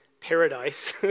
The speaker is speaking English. paradise